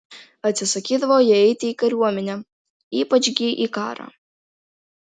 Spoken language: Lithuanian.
atsisakydavo jie eiti į kariuomenę ypač gi į karą